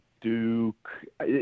Duke